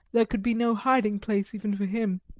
there could be no hiding-place even for him.